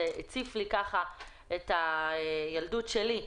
שזה הציף לי את הילדות שלי.